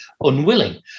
unwilling